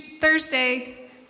Thursday